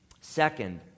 Second